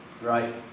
right